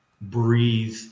breathe